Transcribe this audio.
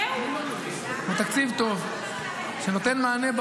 זה תקציב טוב שנותן מענה,